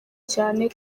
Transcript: cyane